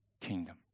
kingdom